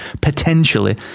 potentially